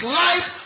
life